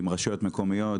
עם רשויות מקומיות.